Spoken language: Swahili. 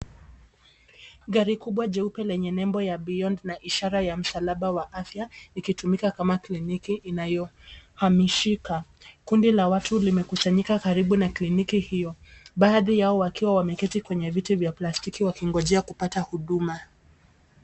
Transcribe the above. Gari kubwa jeupe lenye nembo ya, beyond zero, na ishara ya msalaba wa afya ikitumika kama kliniki inayohamishika. Kundi la watu limekusanyika karibu na kliniki hio baadhi yao wakiwa wameketi kwenye viti vya plastiki wakingoja kupata huduma.